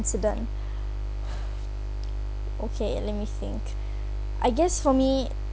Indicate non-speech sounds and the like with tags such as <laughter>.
~cident <breath> okay let me think I guess for me